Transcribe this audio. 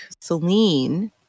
Celine